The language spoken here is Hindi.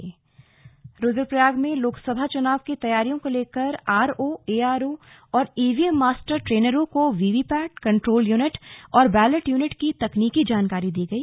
स्लग ट्रेनिंग रुद्रप्रयाग रुद्रप्रयाग में लोकसभा चुनाव की तैयारियों को लेकर आरओ एआरओ और ईवीएम मास्टर ट्रेनरों को वीवीपैट कंट्रोल यूनिट और बैलेट यूनिट की तकनीकी जानकारी दी गई